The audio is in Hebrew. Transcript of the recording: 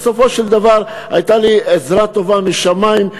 בסופו של דבר הייתה לי עזרה טובה משמים,